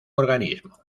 organismo